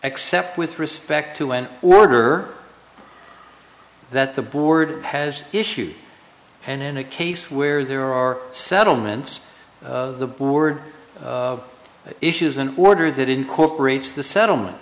except with respect to an order that the board has issued and in a case where there are settlements the board issues an order that incorporates the settlement